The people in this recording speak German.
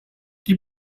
die